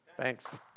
Thanks